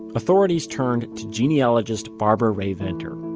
authorities turned to genealogist barbara rae-venter.